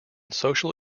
social